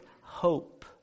hope